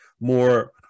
more